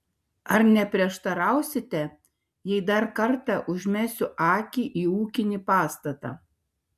ar neprieštarausite jei dar kartą užmesiu akį į ūkinį pastatą